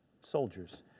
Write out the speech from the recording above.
soldiers